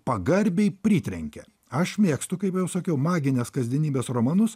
pagarbiai pritrenkė aš mėgstu kaip jau sakiau maginės kasdienybės romanus